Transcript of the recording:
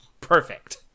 Perfect